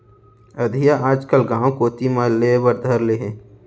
अधिया आजकल गॉंव कोती म लेय बर धर ले हें